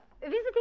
Visiting